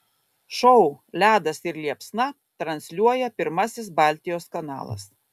šou ledas ir liepsna transliuoja pirmasis baltijos kanalas